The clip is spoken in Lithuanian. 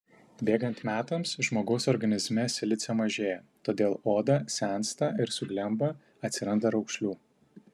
bėgant metams žmogaus organizme silicio mažėja todėl oda sensta ir suglemba atsiranda raukšlių